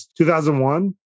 2001